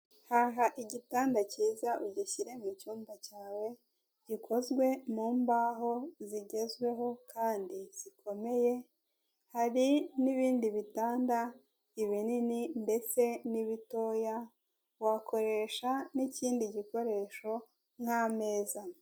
Igihe wumvishije mu mubiri wawe hatameze neza, egera ivuriro rikwegereye uhabwe ubufasha bujyanye n'ikibazo basanze ufite kandi n'iyo basanze batabashije kuvura cyangwa kumenya ikibazo ufite bakohereza n'imbangukira gutabara ku kigo kindi kibasumbije ubushobozi.